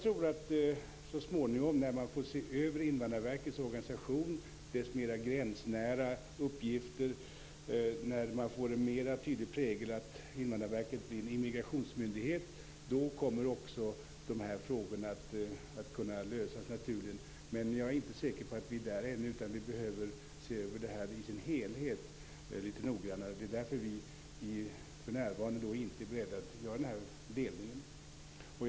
När man så småningom får se över Invandrarverkets organisation, dess mer gränsnära uppgifter, och Invandrarverket får en mer tydlig prägel av immigrationsmyndighet tror jag att de här frågorna också kommer att kunna lösas naturligt. Men jag är inte säker på att vi är där ännu. Vi behöver se över det här i sin helhet litet noggrannare. Det är därför vi för närvarande inte är beredda att göra den här delningen.